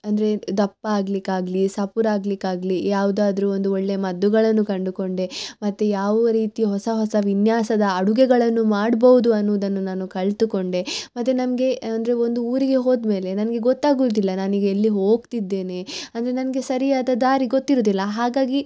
ಅಂದರೆ ದಪ್ಪ ಆಗಲಿಕ್ಕಾಗ್ಲಿ ಸಪುರ ಆಗಲಿಕ್ಕಾಗ್ಲಿ ಯಾವುದಾದರು ಒಂದು ಒಳ್ಳೆ ಮದ್ದುಗಳನ್ನು ಕಂಡುಕೊಂಡೆ ಮತ್ತು ಯಾವ ರೀತಿಯ ಹೊಸ ಹೊಸ ವಿನ್ಯಾಸದ ಅಡುಗೆಗಳನ್ನು ಮಾಡ್ಬೌದು ಅನ್ನೋದನ್ನು ನಾನು ಕಲಿತುಕೊಂಡೆ ಮತ್ತು ನಮಗೆ ಅಂದರೆ ಒಂದು ಊರಿಗೆ ಹೋದ ಮೇಲೆ ನನಗೆ ಗೊತ್ತಾಗೋದಿಲ್ಲ ನಾನೀಗ ಎಲ್ಲಿ ಹೋಗ್ತಿದ್ದೇನೆ ಅಂದರೆ ನನಗೆ ಸರಿಯಾದ ದಾರಿ ಗೊತ್ತಿರೋದಿಲ್ಲ ಹಾಗಾಗಿ